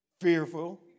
Fearful